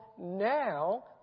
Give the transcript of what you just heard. now